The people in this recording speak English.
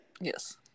Yes